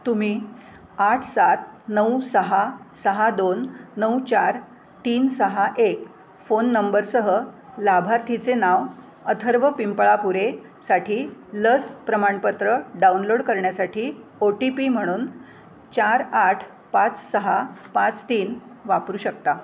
तुम्ही आठ सात नऊ सहा सहा दोन नऊ चार तीन सहा एक फोन नंबरसह लाभार्थीचे नाव अथर्व पिंपळापुरेसाठी लस प्रमाणपत्र डाउनलोड करण्यासाठी ओ टी पी म्हणून चार आठ पाच सहा पाच तीन वापरू शकता